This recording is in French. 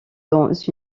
dans